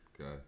Okay